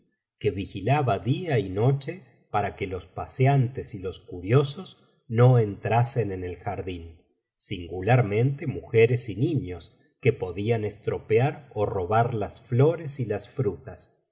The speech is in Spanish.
que vigilaba día y noche para que los paseantes y los curiosos no entrasen en el jardín singularmente mujeres y niños x que podían estropear ó robar las flores y las frutas